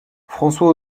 françois